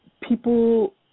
people